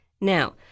now